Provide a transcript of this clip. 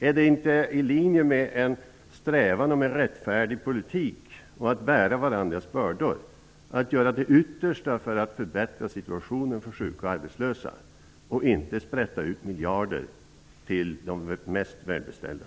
Är det inte i linje med en strävan mot en rättfärdig politik och att bära varandras bördor att göra det yttersta för att förbättra situationen för sjuka och arbetslösa och inte sprätta ut miljarder till de mest välbeställda?